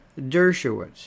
Dershowitz